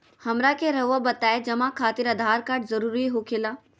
हमरा के रहुआ बताएं जमा खातिर आधार कार्ड जरूरी हो खेला?